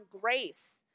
grace